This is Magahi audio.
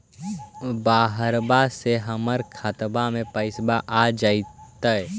बहरबा से हमर खातबा में पैसाबा आ जैतय?